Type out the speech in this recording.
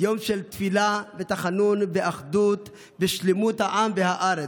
יום של תפילה ותחנון ואחדות ושלמות העם והארץ.